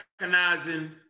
recognizing